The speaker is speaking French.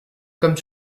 comme